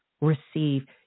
receive